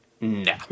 No